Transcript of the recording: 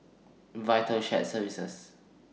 Vital Shared Services